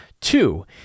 Two